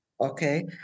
Okay